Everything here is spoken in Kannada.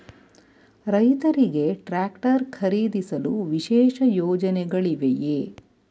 ರೈತರಿಗೆ ಟ್ರಾಕ್ಟರ್ ಖರೀದಿಸಲು ವಿಶೇಷ ಯೋಜನೆಗಳಿವೆಯೇ?